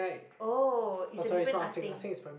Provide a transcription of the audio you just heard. oh it's a different